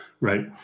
right